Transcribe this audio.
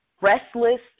restless